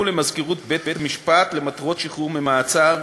למזכירות בית-המשפט למטרות שחרור ממעצר),